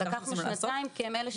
לקחנו לנו שנתיים כי הם אלה שלמעשה